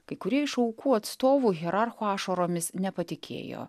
kai kurie iš aukų atstovų hierarchų ašaromis nepatikėjo